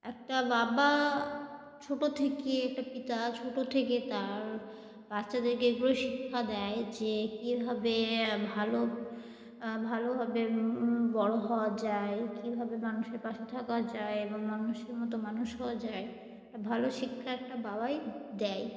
একটা বাবা ছোট থেকে একটা পিতা ছোট থেকে তার বাচ্চাদেরকে এগুলো শিক্ষা দেয় যে কীভাবে ভালো ভালোভাবে বড় হওয়া যায় কীভাবে মানুষের পাশে থাকা যায় এবং মানুষের মতো মানুষ হওয়া যায় একটা ভালো শিক্ষা একটা বাবাই দেয়